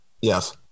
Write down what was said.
Yes